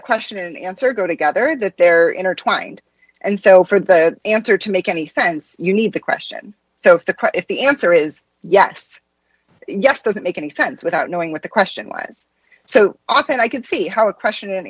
a question an answer go together that they're intertwined and so for the answer to make any sense you need the question so if the quote if the answer is yes yes does it make any sense without knowing what the question was so i can see how a question and